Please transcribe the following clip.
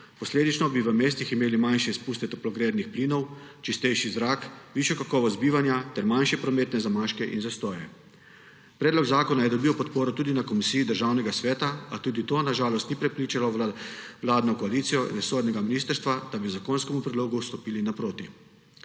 Posledično bi v mestih imeli manjše izpuste toplogrednih plinov, čistejši zrak, višjo kakovost bivanja ter manjše prometne zamaške in zastoje. Predlog zakona je dobil podporo tudi na komisiji Državnega sveta, a tudi to na žalost ni prepričalo vladne koalicije, resornega ministrstva, da bi zakonskemu predlogu stopili naproti.